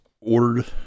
ordered